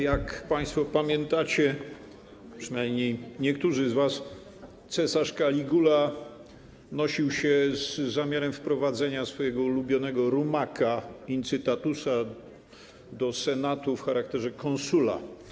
Jak państwo pamiętacie, przynajmniej niektórzy z was, cesarz Kaligula nosił się z zamiarem wprowadzenia swojego ulubionego rumaka Incitatusa do Senatu w charakterze konsula.